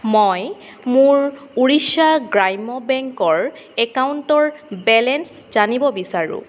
মই মোৰ ওড়িশ্যা গ্ৰাম্য বেংকৰ একাউণ্টৰ বেলেঞ্চ জানিব বিচাৰো